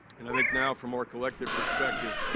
and, i think now from our collective perspective,